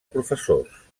professors